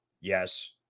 Yes